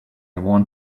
want